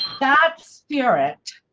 that spirit.